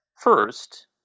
First